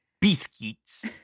Biscuits